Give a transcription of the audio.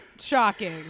Shocking